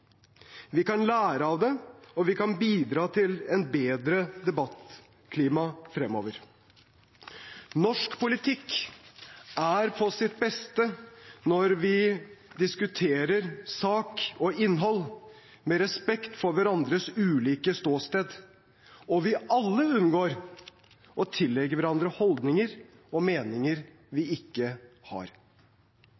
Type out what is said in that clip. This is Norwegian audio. Vi kan lære av det, og vi kan bidra til et bedre debattklima fremover. Norsk politikk er på sitt beste når vi diskuterer sak og innhold med respekt for hverandres ulike ståsteder, og vi alle unngår å tillegge hverandre holdninger og meninger vi